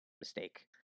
mistake